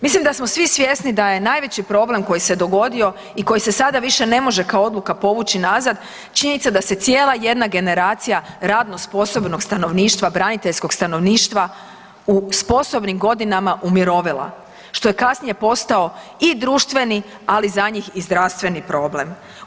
Mislim da smo svi svjesni da je najveći problem koji se dogodio i koji se sada više ne može kao odluka povući nazad, činjenica da se cijela jedna generacija radno sposobnog stanovništva, braniteljskog stanovništva u sposobnim godinama umirovila što je kasnije postao i društveni, ali za njih i zdravstveni problem.